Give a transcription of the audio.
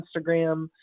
Instagram